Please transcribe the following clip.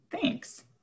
Thanks